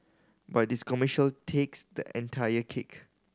but this commercial takes the entire cake